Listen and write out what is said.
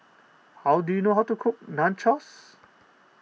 how do you know how to cook Nachos